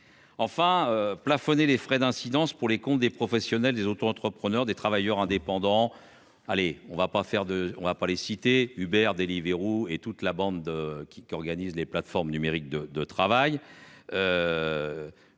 Enfin, plafonner les frais d'incidence pour les comptes des professionnels des auto-entrepreneurs des travailleurs indépendants. Allez on ne va pas faire de, on ne va pas les citer Hubert Deliveroo et toute la bande qui, qui organise les plateformes numériques de de travail.